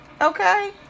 Okay